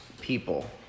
people